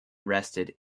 rested